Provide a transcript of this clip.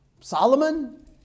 Solomon